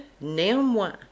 néanmoins